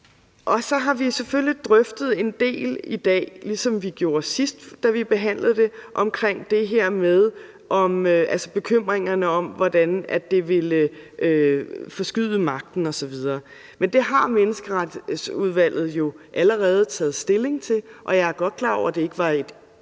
Så har vi selvfølgelig drøftet en del i dag, ligesom vi gjorde sidst, da vi behandlede det, det her med bekymringerne om, hvordan det ville forskyde magten osv. Men det har Menneskeretsudvalget jo allerede taget stilling til. Jeg er godt klar over, at det ikke var et enigt